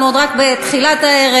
אנחנו עוד רק בתחילת הערב.